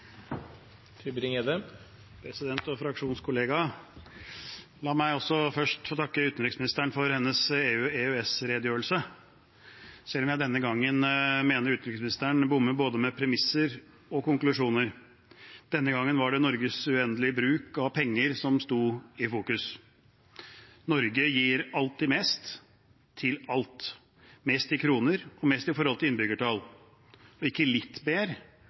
President og fraksjonskollega! La meg også først få takke utenriksministeren for hennes EU/EØS-redegjørelse, selv om jeg denne gangen mener utenriksministeren bommer med både premisser og konklusjoner. Denne gangen var det Norges uendelige bruk av penger som sto i fokus. Norge gir alltid mest til alt, mest i kroner og mest i forhold til innbyggertall – og ikke litt